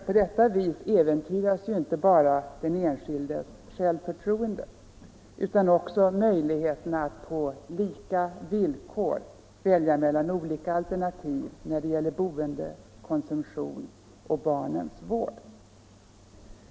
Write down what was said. På detta vis äventyras ju inte bara den enskildes självförtroende utan också möjligheterna att på lika villkor välja mellan olika alternativ när det gäller boende, konsumtion och barnens vård.